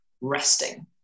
resting